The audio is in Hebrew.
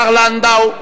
השר לנדאו,